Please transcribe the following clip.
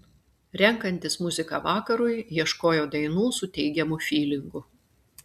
renkantis muziką vakarui ieškojo dainų su teigiamu fylingu